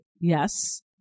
yes